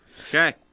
Okay